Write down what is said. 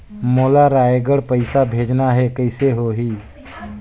मोला रायगढ़ पइसा भेजना हैं, कइसे होही?